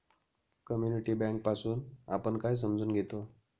Community bank पासुन आपण काय समजून घेतो?